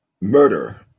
murder